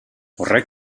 horrek